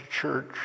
church